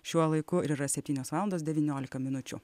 šiuo laiku yra septynios valandas devyniolika minučių